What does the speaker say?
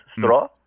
straw